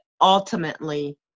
ultimately